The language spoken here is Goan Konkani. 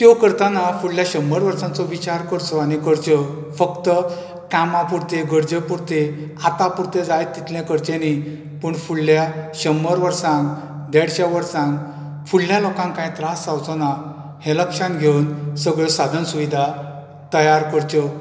त्यो करतना फुडल्या शंबर वर्सांचो विचार करचो आनी करच्यो फक्त कामापूर्ते गरजेपूर्ते आतापूर्ते जाय तितले करचे न्ही पूण फुडले शंबर वर्सान देडशे वर्साक फुडल्या लोकांक काय त्रास जावचो ना हे लक्षांत घेवन सगळ्यो साधन सुविधा तयार करच्यो